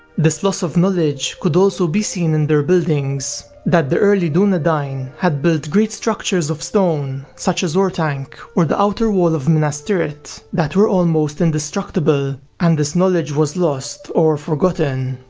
this loss of knowledge could also be seen in their buildings, that the early dunedain had built great structures of stone such as orthanc or the outer wall of minas tirith that were almost indestructible, and this knowledge was lost or forgotten,